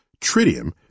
tritium